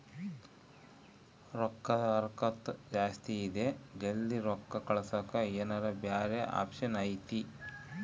ರೊಕ್ಕದ ಹರಕತ್ತ ಜಾಸ್ತಿ ಇದೆ ಜಲ್ದಿ ರೊಕ್ಕ ಕಳಸಕ್ಕೆ ಏನಾರ ಬ್ಯಾರೆ ಆಪ್ಷನ್ ಐತಿ?